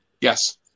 Yes